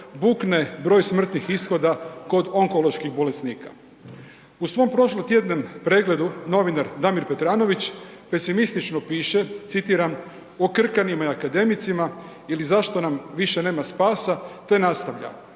bukne broj smrtnih ishoda kod onkoloških bolesnika. U svom prošlotjednom pregledu novinar Damir Petranović pesimistično piše citiram o krkanima i akademicima ili zašto nam više nema spasa, te nastavlja,